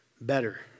better